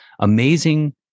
amazing